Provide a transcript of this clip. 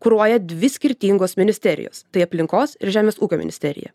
kuruoja dvi skirtingos ministerijos tai aplinkos ir žemės ūkio ministerija